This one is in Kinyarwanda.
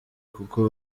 kuko